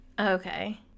okay